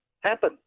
happen